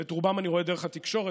את רובן אני רואה דרך התקשורת,